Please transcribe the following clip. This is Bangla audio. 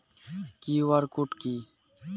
কিউ.আর কোড কি?